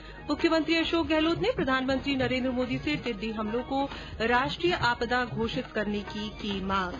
् मुख्यमंत्री अशोक गहलोत ने प्रधानमंत्री नरेन्द्र मोदी से टिड्डी हमलों को राष्ट्रीय आपदा घोषित करने की मांग की